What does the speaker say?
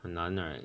很难 right